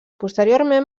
posteriorment